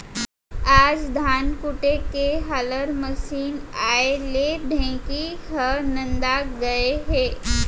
आज धान कूटे के हालर मसीन आए ले ढेंकी ह नंदा गए हे